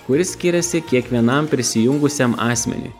kuris skiriasi kiekvienam prisijungusiam asmeniui